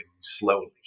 slowly